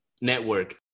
network